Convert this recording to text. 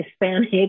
hispanic